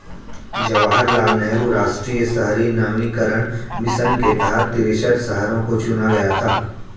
जवाहर लाल नेहरू राष्ट्रीय शहरी नवीकरण मिशन के तहत तिरेसठ शहरों को चुना गया था